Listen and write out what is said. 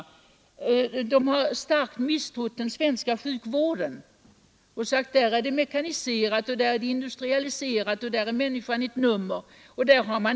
Vilken kontroll är det?